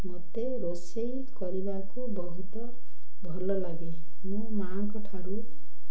ମୋତେ ରୋଷେଇ କରିବାକୁ ବହୁତ ଭଲ ଲାଗେ ମୋ ମାଆଙ୍କଠାରୁ